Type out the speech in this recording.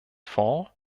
fonds